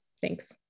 Thanks